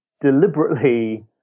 deliberately